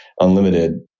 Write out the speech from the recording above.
unlimited